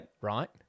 Right